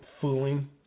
fooling